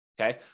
okay